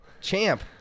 Champ